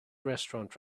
restaurant